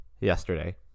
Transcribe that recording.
yesterday